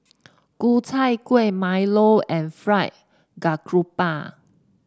Ku Chai Kuih Milo and Fried Garoupa